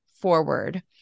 forward